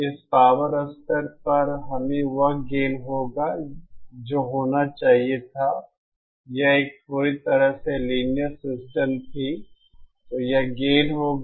इस पावर स्तर पर हमें वह गेन होगा जो होना चाहिए था यह एक पूरी तरह से लीनियर सिस्टम थी तो यह गेन होगा इससे 1 dB कम